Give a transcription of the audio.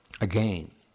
Again